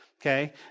okay